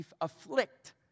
afflict